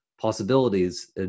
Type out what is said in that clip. possibilities